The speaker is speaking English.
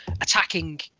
Attacking